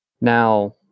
Now